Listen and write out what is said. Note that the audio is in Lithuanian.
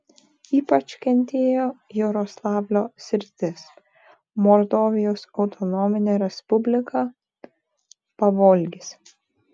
ypač kentėjo jaroslavlio sritis mordovijos autonominė respublika pavolgis